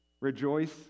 rejoice